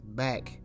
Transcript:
back